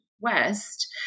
West